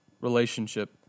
relationship